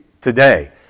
today